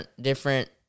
different